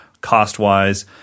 cost-wise